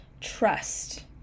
Trust